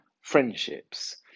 friendships